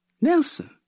Nelson